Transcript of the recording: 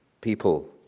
people